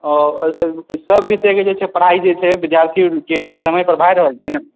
सभविषयके जे छै पढ़ाइ जे छै विद्यार्थीके जे समयपर भए रहल छै ने